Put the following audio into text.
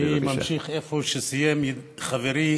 אני ממשיך איפה שסיים חברי